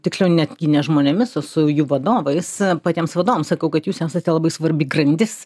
tiksliau netgi ne žmonėmis o su jų vadovais patiems vadovams sakau kad jūs esate labai svarbi grandis